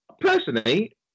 personally